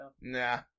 Nah